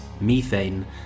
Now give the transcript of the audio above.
Methane